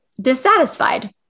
dissatisfied